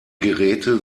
geräte